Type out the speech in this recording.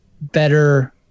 better